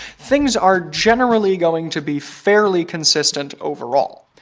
things are generally going to be fairly consistent, overall.